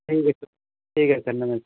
ठीक है तो ठीक है सर नमस्ते